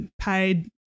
paid